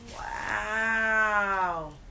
wow